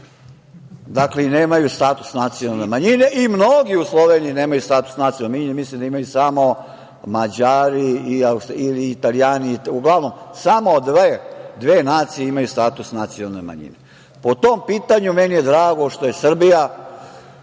i oni nemaju status nacionalne manjine i mnogi u Sloveniji nemaju status nacionalne manjine, mislim da imaju samo Mađari, Italijani, samo dve nacije imaju status nacionalne manjine. Po tom pitanju, meni je drago što je Srbija